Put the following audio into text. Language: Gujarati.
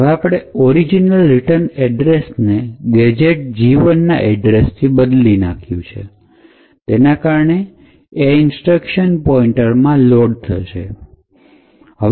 હવે આપણે ઓરિજનલ રિટર્ન એડ્રેસને ગેજેટ G ૧ના એડ્રેસથી બદલી નાખ્યું છે તેના કારણે એ ઇન્સ્ટ્રક્શન પોઇન્ટ માં લોડ થશે